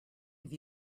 have